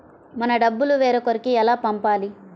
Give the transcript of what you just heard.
మన డబ్బులు వేరొకరికి ఎలా పంపాలి?